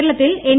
കേരളത്തിൽ എൻ